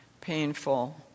painful